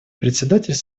председатель